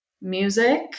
music